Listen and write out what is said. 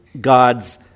God's